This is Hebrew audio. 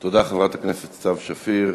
תודה, חברת הכנסת סתיו שפיר.